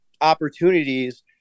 opportunities